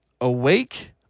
Awake